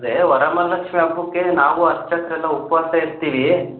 ಅಂದ್ರೆ ವರಮಹಾಲಕ್ಷ್ಮಿ ಹಬ್ಬಕ್ಕೆ ನಾವು ಅರ್ಚಕರೆಲ್ಲ ಉಪವಾಸ ಇರ್ತೀವಿ